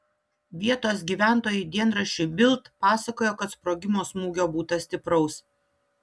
vietos gyventojai dienraščiui bild pasakojo kad sprogimo smūgio būta stipraus